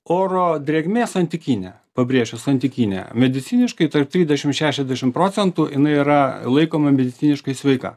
oro drėgmė santykinė pabrėšiu santykinė mediciniškai tarp tridešim šešiadešim procentų jinai yra laikoma mediciniškai sveika